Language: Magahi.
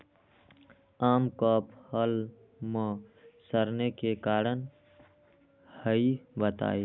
आम क फल म सरने कि कारण हई बताई?